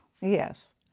Yes